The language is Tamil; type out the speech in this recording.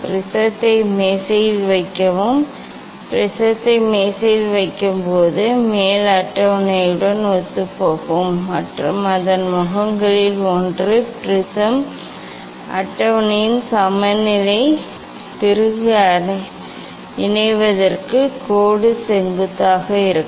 முப்படை கண்ணாடி மேசையில் வைக்கவும் முப்பட்டை கண்ணாடிமேசையில் வைக்கவும் அது மேல் அட்டவணையுடன் ஒத்துப்போகும் மற்றும் அதன் முகங்களில் ஒன்று ப்ரிஸம் அட்டவணையின் சமநிலை திருகு இணைவதற்கு கோடு செங்குத்தாக இருக்கும்